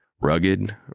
Rugged